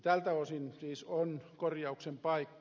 tältä osin siis on korjauksen paikka